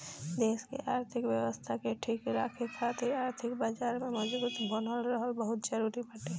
देस के आर्थिक व्यवस्था के ठीक राखे खातिर आर्थिक बाजार के मजबूत बनल रहल बहुते जरुरी बाटे